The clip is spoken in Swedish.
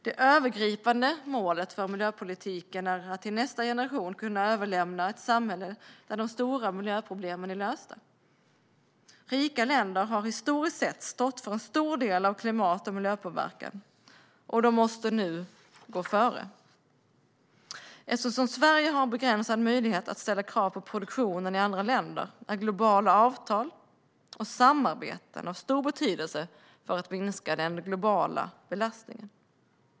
Det övergripande målet för miljöpolitiken är att till nästa generation kunna överlämna ett samhälle där de stora miljöproblemen är lösta. Rika länder har historiskt sett stått för en stor del av klimat och miljöpåverkan, och de måste nu gå före. Eftersom Sverige har begränsad möjlighet att ställa krav på produktionen i andra länder är globala avtal och samarbeten av stor betydelse för att minska den globala belastningen.